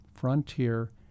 Frontier